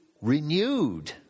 renewed